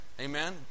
Amen